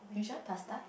she want pasta